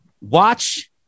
watch